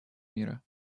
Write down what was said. мира